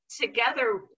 together